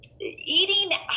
eating